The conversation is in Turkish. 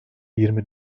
yirmi